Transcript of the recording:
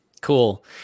Cool